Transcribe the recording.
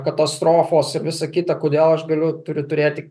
katastrofos ir visa kita kodėl aš galiu turiu turėti